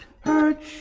hurt